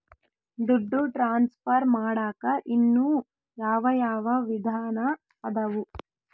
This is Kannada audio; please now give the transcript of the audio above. ದುಡ್ಡು ಟ್ರಾನ್ಸ್ಫರ್ ಮಾಡಾಕ ಇನ್ನೂ ಯಾವ ಯಾವ ವಿಧಾನ ಅದವು?